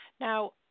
Now